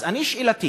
אז אני שאלתי: